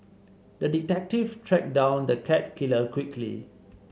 the detective tracked down the cat killer quickly